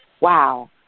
Wow